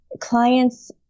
Clients